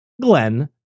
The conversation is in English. Glenn